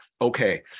Okay